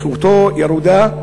איכותם ירודה.